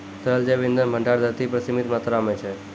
तरल जैव इंधन भंडार धरती पर सीमित मात्रा म छै